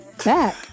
back